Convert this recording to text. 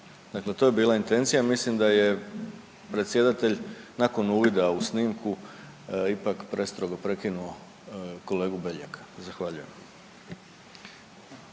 Dakle, to je bila intencija i mislim da je predsjedatelj nakon uvida u snimku ipak prestrogo prekinuo kolegu Beljaka. Zahvaljujem.